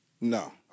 No